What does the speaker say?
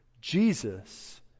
Jesus